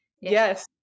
Yes